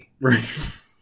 Right